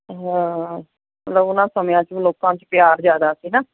ਹਾਂ ਮਤਲਬ ਉਹਨਾਂ ਸਮਿਆਂ 'ਚ ਵੀ ਲੋਕਾਂ 'ਚ ਪਿਆਰ ਜ਼ਿਆਦਾ ਸੀ ਨਾ